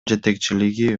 жетекчилиги